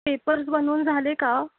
papers बनवून झाले का